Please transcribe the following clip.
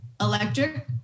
electric